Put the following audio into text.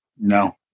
No